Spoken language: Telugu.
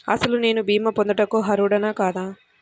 అసలు నేను భీమా పొందుటకు అర్హుడన కాదా?